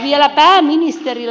vielä pääministerille